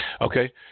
Okay